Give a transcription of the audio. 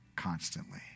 Constantly